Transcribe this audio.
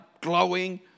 glowing